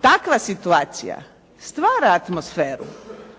Takva situacija stvara atmosferu